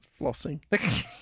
Flossing